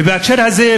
ובהקשר הזה,